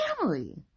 family